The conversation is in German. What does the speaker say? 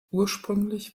ursprünglich